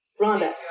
Rhonda